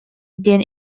диэн